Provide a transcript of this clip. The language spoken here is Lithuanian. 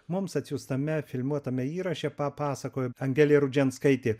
mums atsiųstame filmuotame įraše papasakojo angelė rudžianskaitė